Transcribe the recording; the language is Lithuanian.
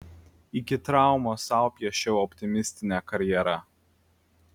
iki traumos sau piešiau optimistinę karjerą